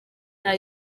nta